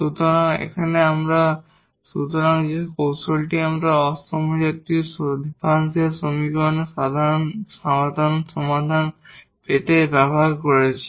সুতরাং এখানে আমরা সুতরাং যে কৌশলটি আমরা নন হোমোজিনিয়াস ডিফারেনশিয়াল সমীকরণের সাধারণ সমাধান পেতে ব্যবহার করছি